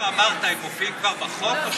התנאים שאמרת כבר מופיעים בחוק?